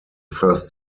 first